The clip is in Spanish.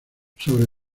sobre